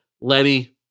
Lenny